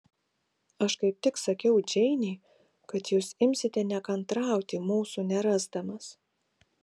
aš kaip tik sakiau džeinei kad jūs imsite nekantrauti mūsų nerasdamas